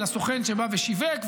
אלא סוכן שבא ושיווק,